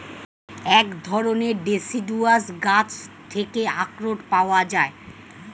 এক ধরণের ডেসিডুয়াস গাছ থেকে আখরোট পাওয়া যায়